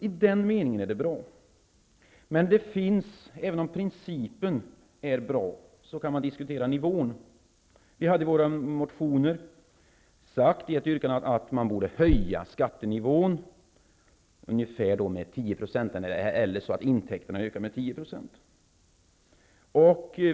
I den meningen är det förslag som har lagts fram bra, men även om principen är bra, kan man diskutera nivån. Vi sade i ett yrkande i en av våra motioner att man borde höja skattenivån så att intäkterna ökar med 10 %.